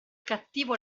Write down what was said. cattivo